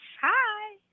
Hi